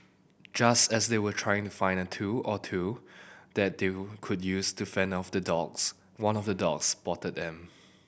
just as they were trying to find a tool or two that they would could use to fend off the dogs one of the dogs spotted them